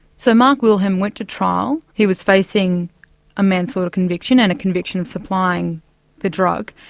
so mark wilhelm went to trial he was facing a manslaughter conviction and a conviction of supplying the drug.